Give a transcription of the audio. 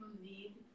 need